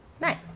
nice